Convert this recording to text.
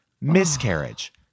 Miscarriage